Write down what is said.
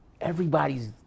everybody's